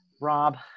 Rob